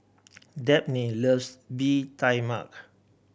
Dabney loves Bee Tai Mak